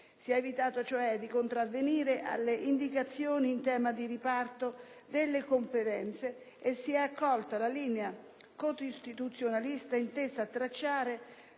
Si è evitato, cioè, di contravvenire alle indicazioni in tema di riparto delle competenze e si è accolta la linea costituzionalistica intesa a tracciare